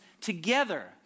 together